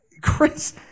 Chris